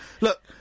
Look